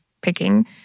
picking